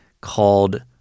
called